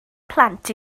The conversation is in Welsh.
plant